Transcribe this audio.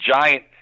Giant